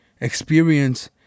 experience